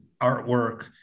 artwork